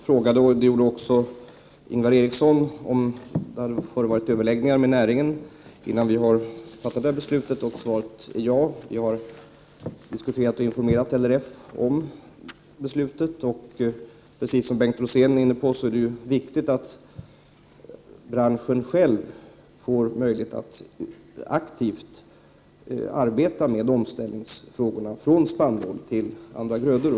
Fru talman! Bengt Rosén och Ingvar Eriksson frågade om regeringen hade haft några överläggningar med näringen innan den fattade detta beslut. Svaret är ja. Regeringen har diskuterat med och informerat LRF om beslutet. Och som Bengt Rosén var inne på, är det viktigt att branschen själv får möjlighet att aktivt arbeta med omställningsfrågorna, från spannmålsfrågan till frågan om andra grödor.